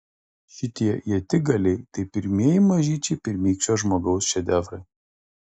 šitie ietigaliai tai pirmieji mažyčiai pirmykščio žmogaus šedevrai